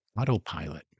autopilot